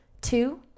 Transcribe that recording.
two